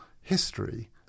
history